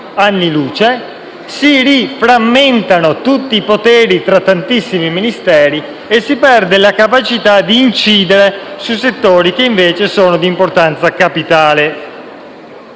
anni luce, si frammentano di nuovo tutti i poteri tra tantissimi Ministeri e si perde la capacità di incidere sui settori che invece sono di importanza capitale.